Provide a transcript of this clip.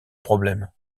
problème